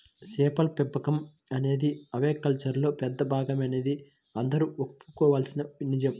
చేపల పెంపకం అనేది ఆక్వాకల్చర్లో పెద్ద భాగమనేది అందరూ ఒప్పుకోవలసిన నిజం